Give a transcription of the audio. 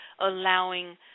allowing